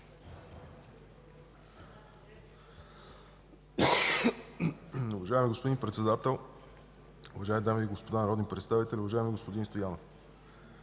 Уважаеми господин Председател, уважаеми дами и господа народни представители, уважаеми господин Лилков!